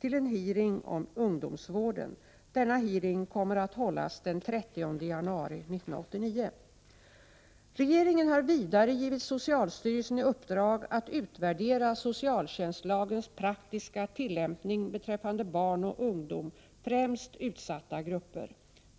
till en hearing om ungdomsvården. Denna hearing kommer att hållas den 30 januari 1989. Regeringen har vidare givit socialstyrelsen i uppdrag att utvärdera socialtjänstlagstiftningens praktiska tillämpning beträffande barn och ungdom, främst utsatta grupper.